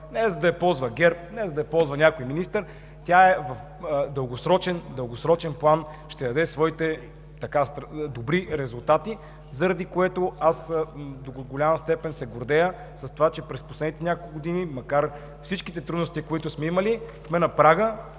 не е, за да я ползва ГЕРБ, не е, за да я ползва някой министър, тя в дългосрочен план ще даде своите добри резултати, заради което аз до голяма степен се гордея и с това, че през последните няколко години, макар всички трудности, които сме имали, сме на прага